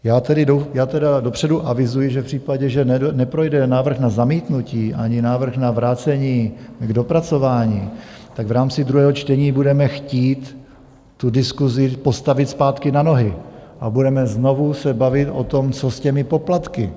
Já tedy dopředu avizuji, že v případě, že neprojde návrh na zamítnutí ani návrh na vrácení k dopracování, tak v rámci druhého čtení budeme chtít tu diskusi postavit zpátky na nohy a budeme znovu se bavit o tom, co s těmi poplatky.